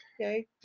okay